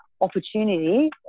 opportunity